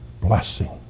blessing